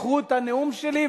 קחו את הנאום שלי,